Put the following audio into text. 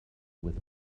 with